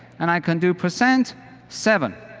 and i can do percent seven,